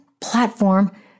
platform